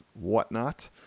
whatnot